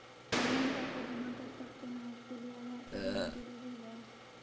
Online पैसा जमा कर सकते हैं उसके लिए आधार कार्ड होना जरूरी है?